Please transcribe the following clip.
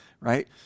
Right